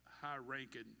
high-ranking